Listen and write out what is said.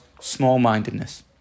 small-mindedness